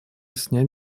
снять